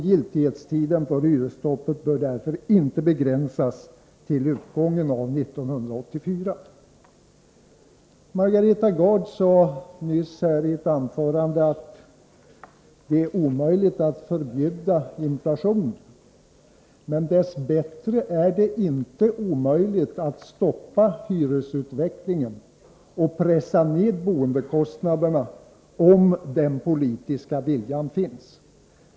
Giltighetstiden för hyresstoppet bör därför inte begränsas till utgången av 1984. Margareta Gard sade i ett anförande nyss att det är omöjligt att förbjuda inflationen. Dess bättre är det dock inte omöjligt att stoppa hyresutvecklingen och pressa ned boendekostnaderna, om den politiska viljan finns.